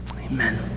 Amen